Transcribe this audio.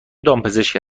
دامپزشک